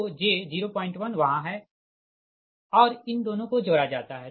तो j 01 वहाँ है और इन दोनों को जोड़ा जाता है